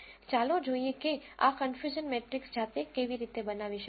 ચાલો જોઈએ કે આ કન્ફયુઝન મેટ્રીક્સ જાતે કેવી રીતે બનાવી શકાય